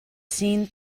seen